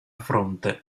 fronte